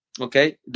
okay